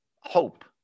hope